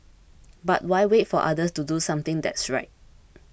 but why wait for others to do something that's right